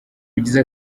bigize